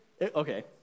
Okay